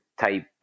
type